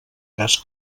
cas